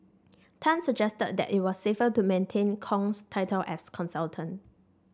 Tan suggested that it was safer to maintain Kong's title as consultant